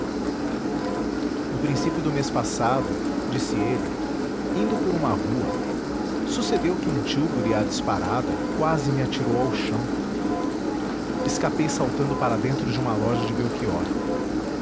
no princípio do mês passado disse ele indo por uma rua sucedeu que um tílburi à disparada quase me atirou ao chão escapei saltando para dentro de uma loja de belchior